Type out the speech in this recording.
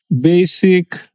basic